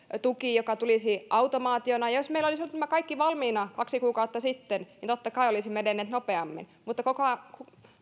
joka tulisi automaationa jos meillä olisivat olleet nämä kaikki valmiina kaksi kuukautta sitten niin totta kai olisimme edenneet nopeammin mutta koska